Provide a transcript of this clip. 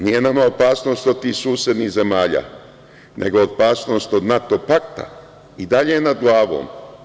Nije nam opasnost od tih susednih zemalja, nego opasnost od NATO pakta je i dalje nad glavom.